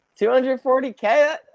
$240K